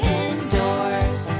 indoors